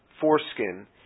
foreskin